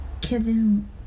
Kevin